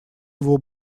его